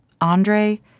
Andre